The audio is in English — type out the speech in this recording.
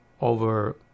over